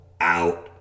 out